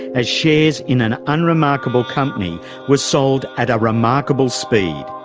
as shares in an unremarkable company were sold at a remarkable speed.